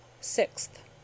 Sixth